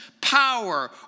power